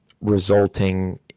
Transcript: resulting